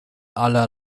aller